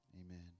Amen